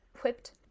Whipped